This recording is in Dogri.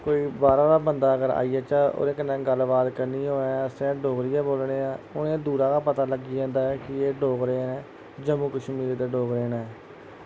कोई बाह्रा दा बंदा अगर आई जाचै ओह्दे कन्नै गल्ल बात करनी होऐ ते अस डोगरी गै बोलने आं उनें दूरा गै पता लग्गी जंदा कि एह् डोगरे ऐं जम्मू कश्मीर दे डोगरे न